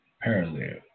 parallel